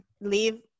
leave